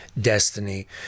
destiny